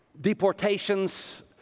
deportations